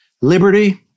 liberty